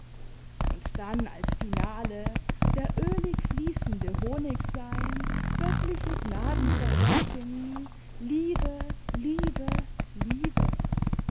und dann als finale der ölig fließende honigseim göttliche gnadeverheißimgen liebe liebe liebe